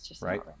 right